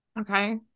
Okay